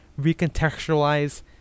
recontextualize